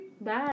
Bye